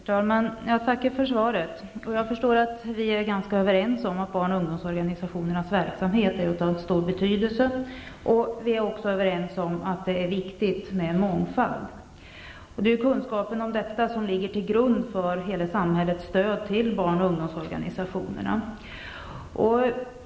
Herr talman! Jag tackar för svaret. Jag förstår att vi är ganska överens om att barn och ungdomsorganisationers verksamhet är av stor betydelse. Vi är också överens om att det är viktigt med mångfald. Det är kunskapen om detta som ligger till grund för hela samhällets stöd till barnoch ungdomsorganisationer.